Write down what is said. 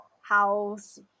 house